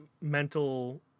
mental